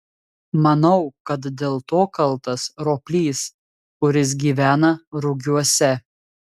manau kad dėl to kaltas roplys kuris gyvena rugiuose